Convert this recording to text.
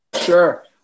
Sure